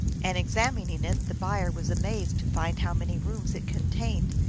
and, examining it, the buyer was amazed to find how many rooms it contained,